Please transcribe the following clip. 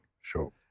Sure